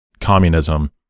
communism